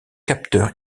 capteurs